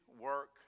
work